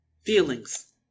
Feelings